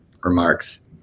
remarks